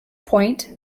point